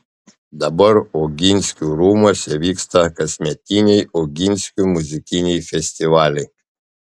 dabar oginskių rūmuose vyksta kasmetiniai oginskių muzikiniai festivaliai